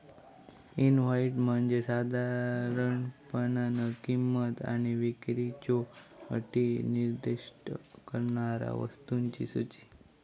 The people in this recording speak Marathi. इनव्हॉइस म्हणजे साधारणपणान किंमत आणि विक्रीच्यो अटी निर्दिष्ट करणारा वस्तूंची सूची